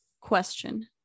Question